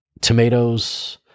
tomatoes